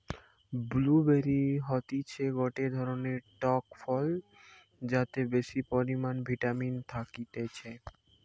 blue বেরি হতিছে গটে ধরণের টক ফল যাতে বেশি পরিমানে ভিটামিন থাকতিছে